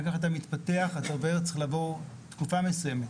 כך אתה מתפתח וצריך לעבור תקופה מסוימת.